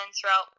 throughout